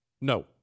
No